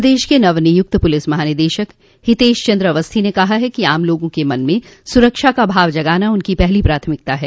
प्रदेश के नवनियुक्त पुलिस महानिदेशक हितेश चन्द्र अवस्थी ने कहा है कि आम लोगों के मन में सुरक्षा का भाव जगाना उनकी पहली प्राथमिकता है